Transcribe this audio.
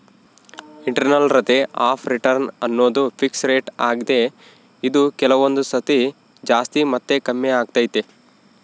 internal rate of return ಅನ್ನೋದು fix rate ಆಗ್ದೆ ಇದು ಕೆಲವೊಂದು ಸತಿ ಜಾಸ್ತಿ ಮತ್ತೆ ಕಮ್ಮಿಆಗ್ತೈತೆ